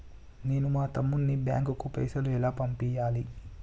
నేను మా తమ్ముని బ్యాంకుకు పైసలు ఎలా పంపియ్యాలి?